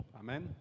Amen